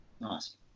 Nice